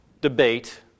debate